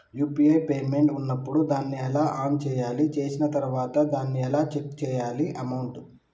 UPI payment ఉన్నప్పుడు దాన్ని ఎలా ఆన్ చేయాలి? చేసిన తర్వాత దాన్ని ఎలా చెక్ చేయాలి అమౌంట్?